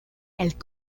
elle